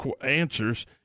answers